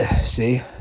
See